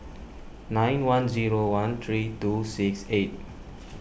nine one zero one three two six eight